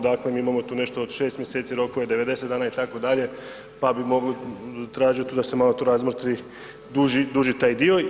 Dakle, mi imamo tu nešto od 6 mjeseci rokove, 90 dana itd., pa bi tražio tu da se malo to razmotri duži taj dio.